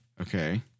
Okay